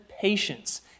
patience